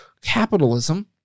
capitalism